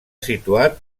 situat